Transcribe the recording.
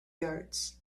yards